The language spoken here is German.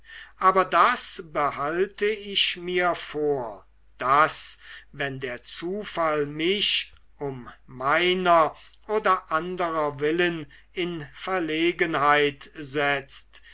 aber das behalte ich mir vor daß wenn der zufall mich um meiner oder anderer willen in verlegenheit setzt